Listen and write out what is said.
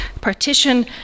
Partition